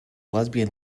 lesbian